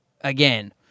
again